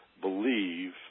believe